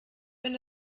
wenn